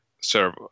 serve